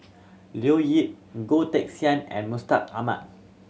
Leo Yip Goh Teck Sian and Mustaq Ahmad